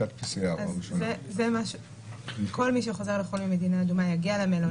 כל מי שחוזר ממדינה אדומה יגיע למלונית,